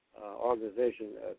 organization